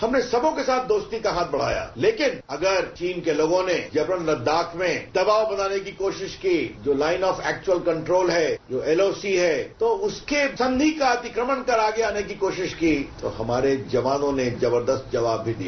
हमनें सबों के साथ दोस्ती का हाथ बढ़ाया लेकिन अगर चीन के लोगों ने लेकिन अगर चीन के लोगों ने जबरन लद्दाख में दबाव बनाने की कोशिक की जो line of actual control है जो एल ओ सी है तो उसके संधि का अतिक्रमण कर आगे आने की कोशिश की तो हमारे जवानों ने जबरदस्त जवाब भी दिया